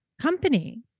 company